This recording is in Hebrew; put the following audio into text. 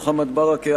מוחמד ברכה,